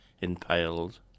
impaled